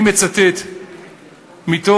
אני מצטט מתוך